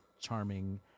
charming